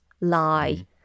lie